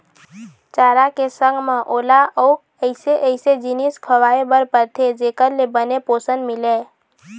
चारा के संग म ओला अउ अइसे अइसे जिनिस खवाए बर परथे जेखर ले बने पोषन मिलय